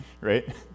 Right